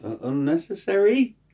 Unnecessary